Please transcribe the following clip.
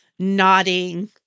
nodding